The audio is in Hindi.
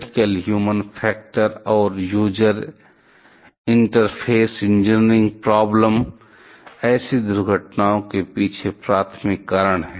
क्रिटिकल ह्यूमन फैक्टर और यूजर इंटरफ़ेस इंजीनियरिंग प्रॉब्लम ऐसी दुर्घटना के पीछे प्राथमिक कारण हैं